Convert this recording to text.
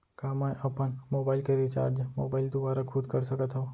का मैं अपन मोबाइल के रिचार्ज मोबाइल दुवारा खुद कर सकत हव?